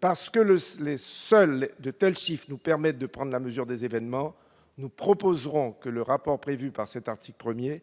Parce que seuls de tels chiffres nous permettent de prendre la mesure des événements, nous proposerons que le rapport prévu par cet article 1